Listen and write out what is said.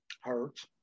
hurts